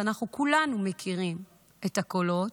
ואנחנו כולנו מכירים את הקולות,